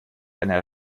ernähre